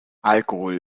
alkohol